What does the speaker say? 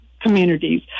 communities